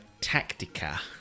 tactica